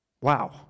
Wow